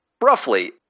Roughly